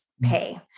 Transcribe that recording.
pay